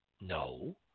No